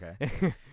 okay